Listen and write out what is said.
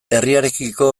herriarekiko